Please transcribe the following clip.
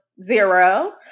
Zero